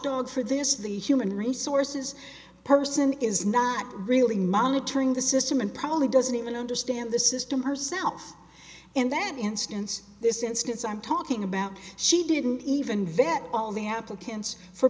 dog for this the human resources person is not really monitoring the system and probably doesn't even understand the system herself in that instance this instance i'm talking about she didn't even vet all the applicants for